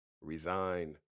resign